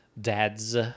dad's